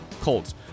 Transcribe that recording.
Colts